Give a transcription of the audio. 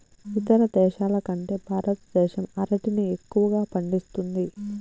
ఇతర దేశాల కంటే భారతదేశం అరటిని ఎక్కువగా పండిస్తుంది